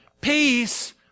peace